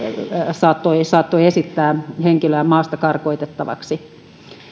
saattoi saattoi esittää henkilöä maasta karkotettavaksi